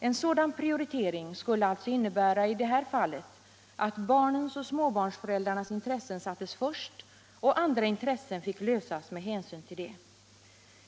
En sådan prioritering skulle alltså i detta fall innebära att barnens och småbarnsföräldrarnas intressen sattes först och andra intressen fick lösas med hänsyn till det.